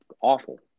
awful